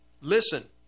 listen